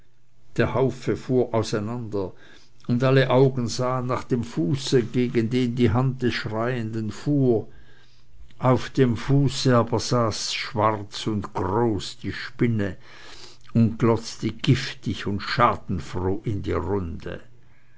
der haufe fuhr auseinander und alle augen sahen nach dem fuße gegen den die hand des schreienden fuhr auf dem fuße aber saß schwarz und groß die spinne und glotzte giftig und schadenfroh in die runde